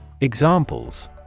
Examples